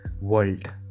world